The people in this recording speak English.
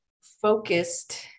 focused